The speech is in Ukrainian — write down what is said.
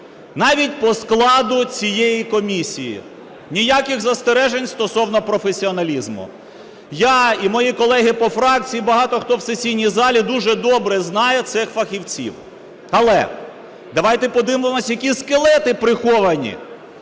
Навіть по складу цієї комісії ніяких застережень стосовно професіоналізму. Я і мої колеги по фракції, і багато хто в сесійній залі дуже добре знає цих фахівців. Але давайте подивимося, які скелети приховані.